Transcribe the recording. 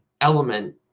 element